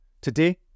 Today